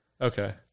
Okay